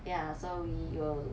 ya so we'll